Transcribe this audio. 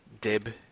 Dib